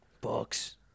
Books